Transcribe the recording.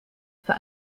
für